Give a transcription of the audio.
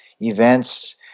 events